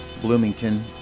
Bloomington